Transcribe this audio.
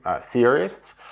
theorists